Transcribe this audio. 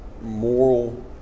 moral